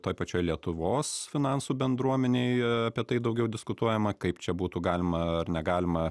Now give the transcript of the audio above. toj pačioj lietuvos finansų bendruomenėj apie tai daugiau diskutuojama kaip čia būtų galima ar negalima